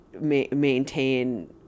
maintain